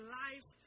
life